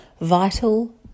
vital